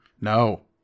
No